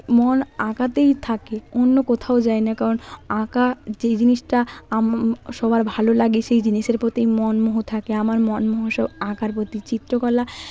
মন আঁকাতেই থাকে অন্য কোথাও যায় না কারণ আঁকা যেই জিনিসটা আম সবার ভালো লাগে সেই জিনিসের প্রতি মনমোহ থাকে আমার মনমোহ সব আঁকার প্রতি চিত্রকলা